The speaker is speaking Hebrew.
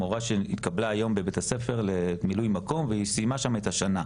מורה שהתקבלה היום בבית הספר למילוי מקום והיא סיימה שם את השנה.